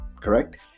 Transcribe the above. Correct